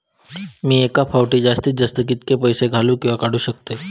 मी एका फाउटी जास्तीत जास्त कितके पैसे घालूक किवा काडूक शकतय?